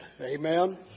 Amen